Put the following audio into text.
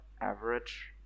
average